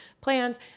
plans